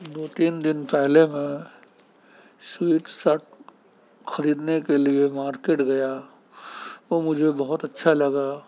دو تین دن پہلے میں شرٹ خریدنے کے لیے میں مارکیٹ گیا وہ مجھے بہت اچھا لگا